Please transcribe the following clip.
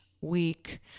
week